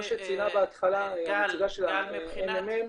כמו שציינה בהתחלה הנציגה של הממ"מ,